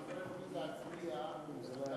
אנחנו לא יכולים להצביע על דבר